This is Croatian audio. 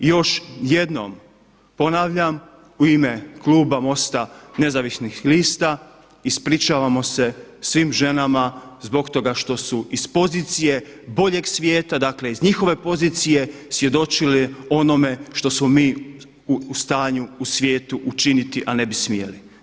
Još jednom ponavljam u ime kluba MOST-a nezavisnih lista, ispričavamo se svim ženama zbog toga što su iz pozicije boljeg svijeta, dakle iz njihove pozicije svjedočili o onome što smo mi u stanju u svijetu učiniti, a ne bi smjeli.